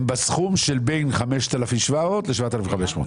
הם בסכום שבין 5,700 ₪ ל-7,500 ₪?